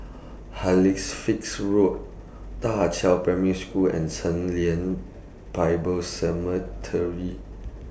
Road DA Qiao Primary School and Chen Lien Bible